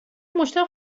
مشتاق